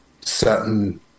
certain